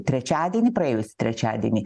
trečiadienį praėjusį trečiadienį